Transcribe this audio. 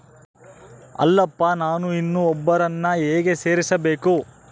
ಅಲ್ಲಪ್ಪ ನಾನು ಇನ್ನೂ ಒಬ್ಬರನ್ನ ಹೇಗೆ ಸೇರಿಸಬೇಕು?